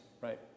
right